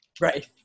Right